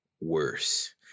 Worse